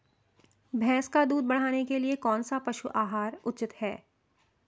भैंस का दूध बढ़ाने के लिए कौनसा पशु आहार उचित है?